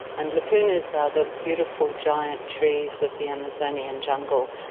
and lupunas are the beautiful giant trees of the amazonian jungle,